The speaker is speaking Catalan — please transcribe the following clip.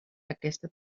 aquesta